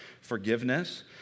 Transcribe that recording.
forgiveness